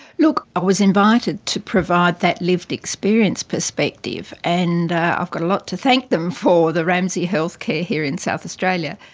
i was invited to provide that lived experience perspective, and i've got a lot to thank them for, the ramsay health care here in south australia.